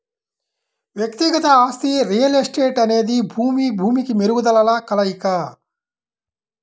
వ్యక్తిగత ఆస్తి రియల్ ఎస్టేట్అనేది భూమి, భూమికి మెరుగుదలల కలయిక